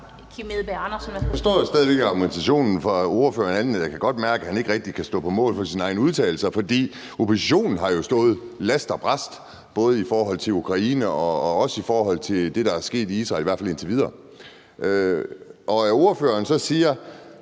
Jeg forstår stadig væk ikke argumentationen fra ordføreren, andet end at jeg godt kan mærke, at han ikke rigtig kan stå på mål for sine egne udtalelser. For oppositionen har jo stået last og brast, både i forhold til Ukraine og i forhold til det, der er sket i Israel, i hvert fald indtil videre. Så bruger ordføreren en